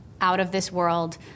out-of-this-world